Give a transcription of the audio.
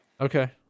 Okay